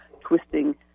twisting